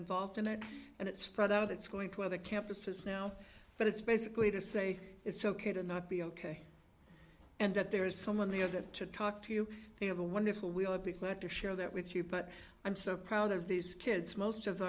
involved in that and it spread out it's going to other campuses now but it's basically to say it's ok to not be ok and that there is someone here that to talk to you they have a wonderful we'll be glad to share that with you but i'm so proud of these kids most of